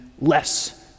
less